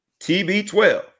TB12